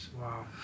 Wow